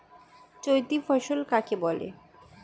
চৈতি ফসল কাকে বলে?